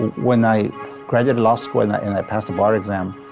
when i graduated law school and and i passed the bar exam,